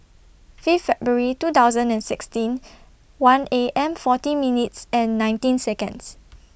Fifth February two thousand and sixteen one A M forty minutes and nineteen Seconds